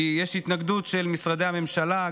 כי יש התנגדות של משרדי הממשלה,